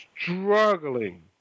struggling